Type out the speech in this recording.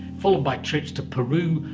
followed by trips to peru,